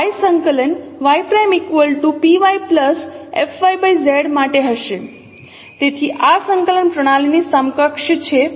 તેથી આ સંકલન પ્રણાલીની સમકક્ષ છે